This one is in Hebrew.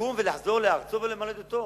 לקום ולחזור לארצו ולמולדתו.